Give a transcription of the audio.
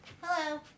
Hello